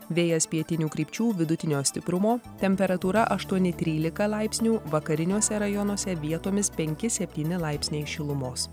vėjas pietinių krypčių vidutinio stiprumo temperatūra aštuoni trylika laipsnių vakariniuose rajonuose vietomis penki septyni laipsniai šilumos